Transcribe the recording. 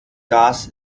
das